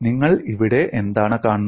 നിങ്ങൾ ഇവിടെ എന്താണ് കാണുന്നത്